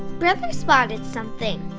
brother spotted something.